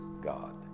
God